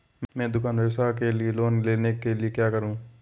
मैं दुकान व्यवसाय के लिए लोंन लेने के लिए क्या करूं?